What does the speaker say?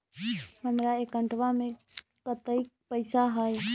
हमार अकाउंटवा में कतेइक पैसा हई?